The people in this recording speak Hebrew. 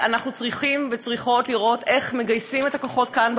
ואנחנו צריכים וצריכות לראות איך מגייסים את הכוחות כאן,